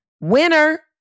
Winner